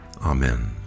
Amen